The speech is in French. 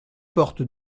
porte